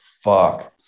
fuck